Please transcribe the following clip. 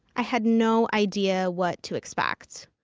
i had no idea what to expect.